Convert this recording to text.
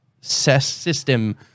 system